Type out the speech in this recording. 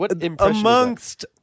amongst